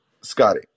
Scotty